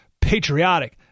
patriotic